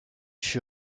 fut